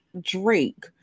Drake